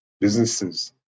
businesses